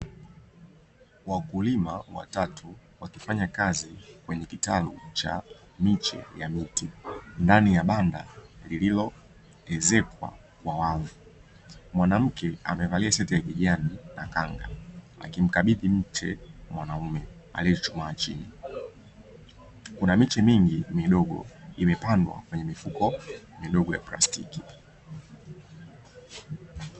wakulima watatu wakifanya kazi kwenye kitalu cha miche ya miti ndani ya banda lililoezekwa kwa wavu mwanamke amevalia sketi ya kijani na kanga akimkabidhi mche mwanaume aliyechuchumaa chini kuna miche mingi midogo imepandwa kwenye mifuko midogo ya plastiki.